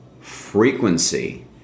frequency